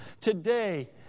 Today